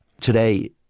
today